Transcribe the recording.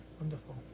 Wonderful